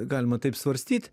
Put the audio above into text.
galima taip svarstyt